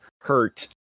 hurt